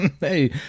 Hey